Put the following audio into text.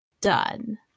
done